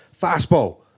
fastball